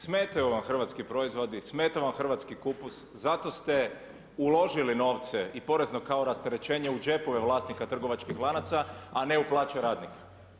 Smetaju vam hrvatski proizvodi, smeta vam hrvatski kupus, zato ste uložili novce i porezno kao rasterećenje u džepove vlasnika trgovačkih lanaca a ne u plaće radnika.